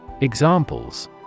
Examples